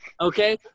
Okay